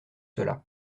cela